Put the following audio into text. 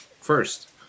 first